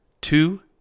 two